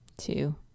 Two